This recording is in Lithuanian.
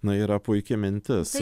na yra puiki mintis